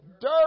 Dirt